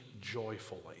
joyfully